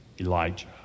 Elijah